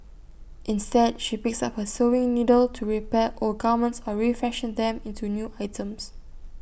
instead she picks up her sewing needle to repair old garments or refashion them into new items